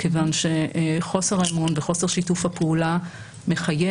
כיוון שחוסר האמון וחוסר שיתוף הפעולה מחייב